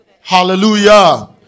hallelujah